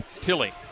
Tilly